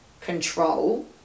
control